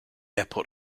airport